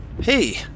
Hey